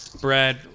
Brad